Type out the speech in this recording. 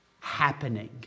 happening